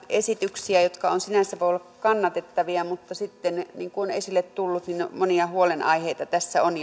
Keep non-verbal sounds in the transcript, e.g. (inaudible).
esityksiä jotka sinänsä voivat olla kannatettavia niin kuten on esille tullut monia huolenaiheita tässä on (unintelligible)